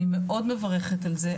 אני מאוד מברכת על זה,